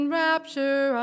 rapture